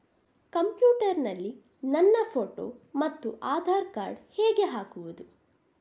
Computer ನಲ್ಲಿ ನನ್ನ photo ಮತ್ತು ಆಧಾರ್ ಕಾರ್ಡ್ ಹೇಗೆ ಹಾಕುವುದು?